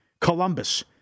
Columbus